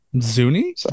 Zuni